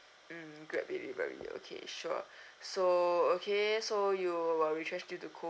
mm grab delivery okay sure so okay so you w~ were retrenched due to